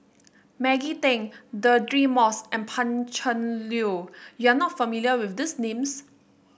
Maggie Teng Deirdre Moss and Pan Cheng Lui you are not familiar with these names